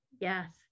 Yes